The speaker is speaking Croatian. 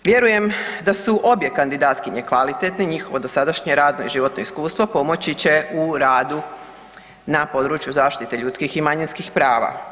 Vjerujem da su obje kandidatkinje kvalitetne, njihovo dosadašnje radno i životno iskustvo pomoći će u radu na području zaštite ljudskih i manjinskih prava.